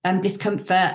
discomfort